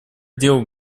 делал